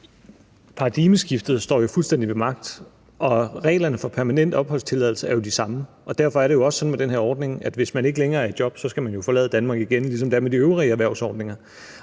Paradigmeskiftet står jo fuldstændig ved magt, og reglerne for permanent opholdstilladelse er jo de samme, og derfor er det også sådan med den her ordning, at hvis man ikke længere er i job, skal man forlade Danmark igen, ligesom det er med de øvrige erhvervsordninger.